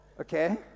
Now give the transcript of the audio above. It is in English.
Okay